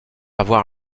avoir